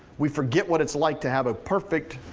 we forget what it's like to have a perfect,